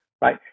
right